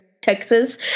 Texas